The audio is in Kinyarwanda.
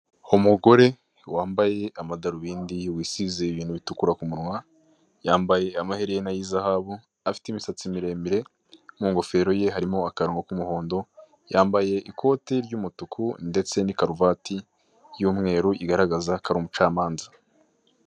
Umugore wambaye amadarobindi wisize ibintu bitukura ku munwa yambaye amaherena y'izahabu afite imisatsi miremire mu ngofero ye harimo akarongo k'umuhondo yambaye ikote ry'umutuku ndetse n'ikaruvati y'umweru igaragaza ko ari umucamanza.